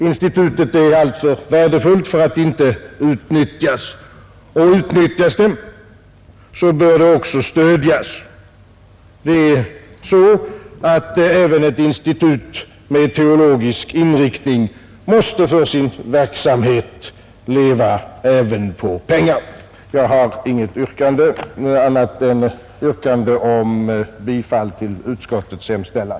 Institutet är alltför värdefullt för att inte utnyttjas, och utnyttjas det, bör det också stödjas. Också ett institut med teologisk inriktning måste för sin verksamhet leva även på pengar. Jag har inte något annat yrkande än om bifall till utskottets hemställan.